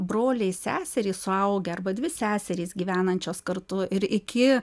broliai seserys suaugę arba dvi seserys gyvenančios kartu ir iki